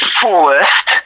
fullest